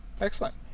excellent